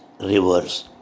rivers